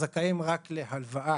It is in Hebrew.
זכאים רק להלוואה